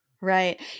Right